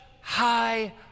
high